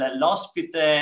l'ospite